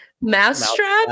Mousetrap